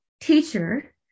teacher